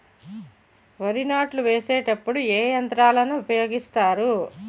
వరి నాట్లు వేసేటప్పుడు ఏ యంత్రాలను ఉపయోగిస్తారు?